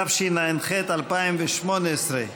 התשע"ח 2018,